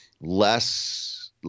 less